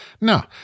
No